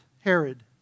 Herod